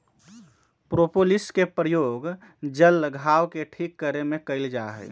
propolis के प्रयोग जल्ल घाव के ठीक करे में कइल जाहई